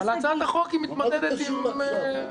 אבל הצעת החוק מתמודדת עם משהו מאוד מסוים.